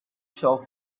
shop